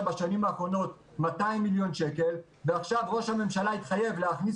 בשנים האחרונות 200 מיליון שקל ועכשיו ראש הממשלה התחייב להכניס